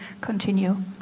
continue